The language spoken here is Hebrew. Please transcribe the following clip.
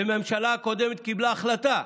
והממשלה הקודמת קיבלה החלטה